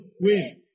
win